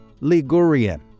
Ligurian